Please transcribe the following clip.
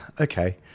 Okay